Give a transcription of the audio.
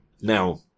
now